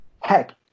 heck